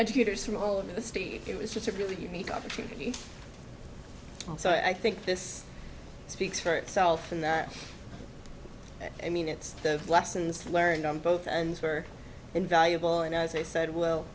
educators from all over the street it was just a really unique opportunity so i think this speaks for itself and i mean it's the lessons learned on both ends were invaluable and as i said will